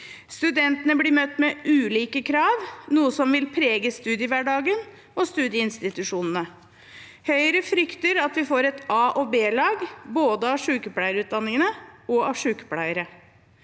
Studentene blir møtt med ulike krav, noe som vil prege studiehverdagen og studieinstitusjonene. Høyre frykter at vi får et a- og b-lag både i sykepleierutdanningene og blant sykepleiere.